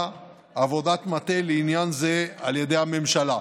עבודת מטה בעניין זה על ידי הממשלה.